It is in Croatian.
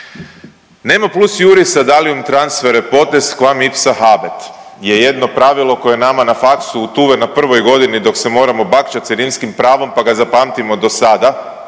nema plus …/Govornik govori latinskim jezikom/… je jedno pravilo koje nama na faksu utuve na prvoj godini dok se moramo bakčati sa rimskim pravom pa ga zapamtimo dosada,